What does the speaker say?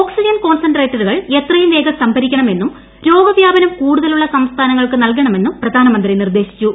oxygen കോൺസെൻട്രേറ്ററുകൾ എത്രയും വേഗം സംഭരിക്കണമെന്നും രോഗവ്യാപനംകൂടുതലുള്ള സംസ്ഥാനങ്ങൾ ക്ക് നൽകണമെന്നും പ്രധാനമന്ത്രി നിർദേശിച്ചു